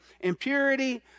impurity